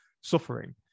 suffering